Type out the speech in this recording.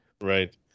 Right